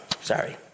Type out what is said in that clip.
sorry